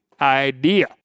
idea